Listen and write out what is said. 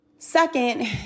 Second